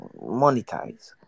monetize